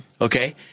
Okay